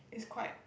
is quite